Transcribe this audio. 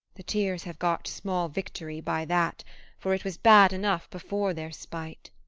the tears have got small victory by that for it was bad enough before their spite.